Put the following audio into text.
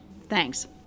Thanks